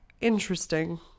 interesting